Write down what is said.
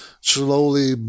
slowly